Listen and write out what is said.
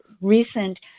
recent